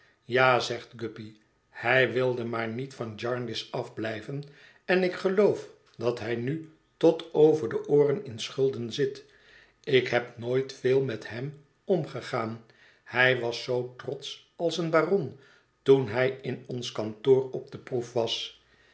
ja zegt guppy hij wilde maar niet van jarndyce afblijven en ik geloof dat hij nu tot over de ooren in schulden zit ik heb nooit veel met hem omgegaan hij was zoo trotsch als een baron toen hij in ons kantoor op de proef was